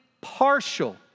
partial